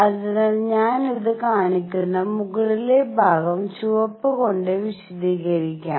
അതിനാൽ ഞാൻ ഇത് കാണിക്കുന്ന മുകളിലെ ഭാഗം ചുവപ്പ് കൊണ്ട് വിശദീകരിക്കാം